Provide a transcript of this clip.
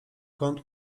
kąt